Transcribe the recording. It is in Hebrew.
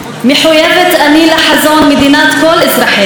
מחויבת אני לחזון מדינת כל אזרחיה,